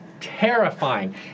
Terrifying